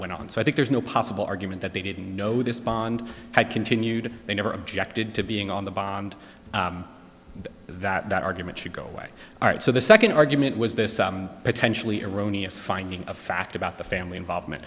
went on so i think there's no possible argument that they didn't know this bond had continued they never objected to being on the bond that argument should go away all right so the second argument was this potentially eroni a finding of fact about the family involvement